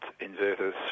inverters